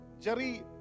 Jerry